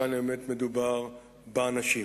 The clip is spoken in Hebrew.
כאן באמת מדובר באנשים.